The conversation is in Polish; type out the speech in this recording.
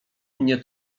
mnie